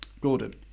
Gordon